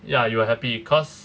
ya you were happy cause